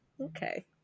Okay